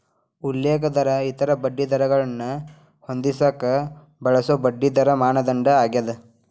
ಉಲ್ಲೇಖ ದರ ಇತರ ಬಡ್ಡಿದರಗಳನ್ನ ಹೊಂದಿಸಕ ಬಳಸೊ ಬಡ್ಡಿದರ ಮಾನದಂಡ ಆಗ್ಯಾದ